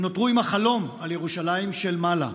הם נותרו עם החלום על ירושלים של מעלה,